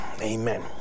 amen